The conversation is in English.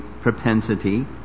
propensity